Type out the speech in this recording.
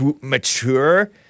mature